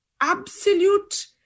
absolute